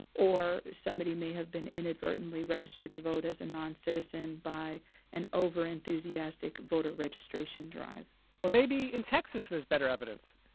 or somebody may have been inadvertently registered to vote as a non-citizen by an overenthusiastic voter registration drive well, maybe in texas, there's better evidence.